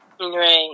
Right